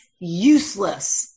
useless